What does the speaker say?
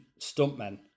stuntmen